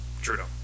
Trudeau